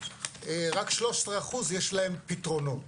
רק 13% יש להם פתרונות.